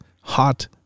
hot